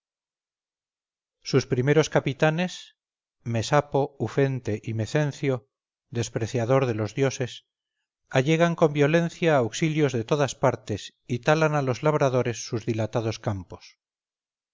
sus primero capitanes mesapo ufente y mecencio despreciador de los dioses allegan con violencia auxilios de todas partes y talan a los labradores sus dilatados campos